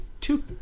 two